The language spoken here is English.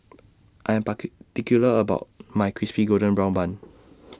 I Am particular about My Crispy Golden Brown Bun